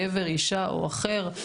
גבר אישה או אחר,